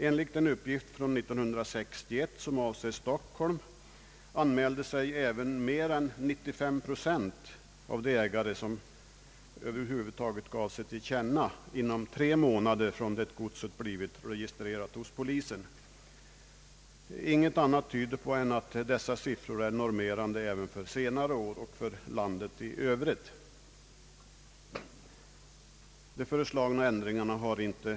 Enligt en uppgift från år 1961 som avser Stockholm anmälde sig mer än 95 procent av de ägare, som över huvud taget gav sig till känna, inom tre månader från det att hittegodset registrerades hos polisen. Ingenting tyder på att inte dessa siffror är normerande också för senare år och för landet i övrigt. De föreslagna ändringarna har inte Ang.